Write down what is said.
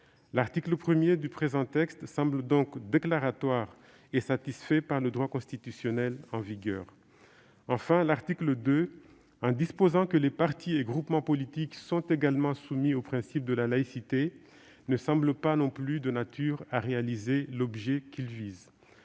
L'article 1 du présent texte semble donc déclaratoire et satisfait par le droit constitutionnel en vigueur. Enfin, l'article 2, en disposant que les partis et groupements politiques sont également soumis au principe de la laïcité, ne semble pas non plus de nature à réaliser l'objet qu'il vise.